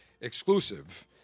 exclusive